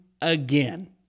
again